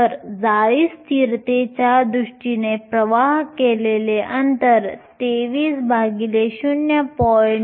तर जाळी स्थिरतेच्या दृष्टीने प्रवाह केलेले अंतर 230